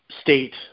state